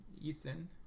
ethan